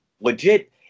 legit